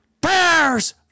Bears